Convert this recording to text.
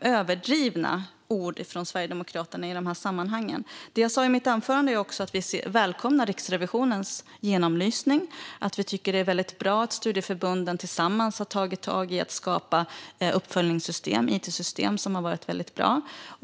överdrivna ord från Sverigedemokraternas sida i de här sammanhangen. Det jag sa i mitt anförande var att vi välkomnar Riksrevisionens genomlysning. Vi tycker att det är väldigt bra att studieförbunden tillsammans har tagit tag i att skapa uppföljningssystem och it-system som har varit väldigt bra.